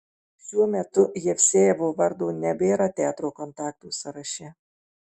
šiuo metu jevsejevo vardo nebėra teatro kontaktų sąraše